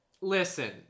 listen